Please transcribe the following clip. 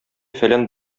фәлән